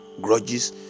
grudges